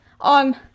on